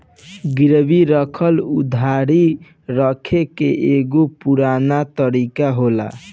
गिरवी राखल उधारी रखे के एगो पुरान तरीका होला